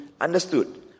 understood